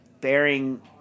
bearing